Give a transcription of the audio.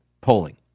polling